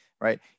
right